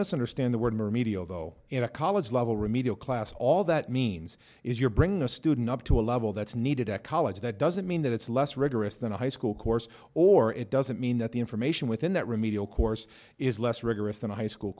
misunderstand the word more medio in a college level remedial class all that means is you're bringing a student up to a level that's needed a college that doesn't mean that it's less rigorous than a high school course or it doesn't mean that the information within that remedial course is less rigorous than a high school